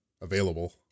available